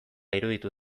iruditu